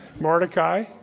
Mordecai